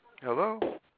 Hello